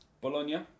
Bologna